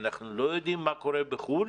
אנחנו לא יודעים מה קורה בחו"ל,